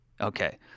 Okay